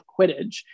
Quidditch